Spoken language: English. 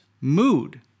mood